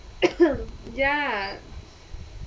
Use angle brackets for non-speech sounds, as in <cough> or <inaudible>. <coughs> ya